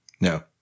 No